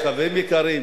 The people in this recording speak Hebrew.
חברים יקרים,